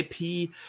IP